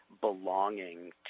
belonging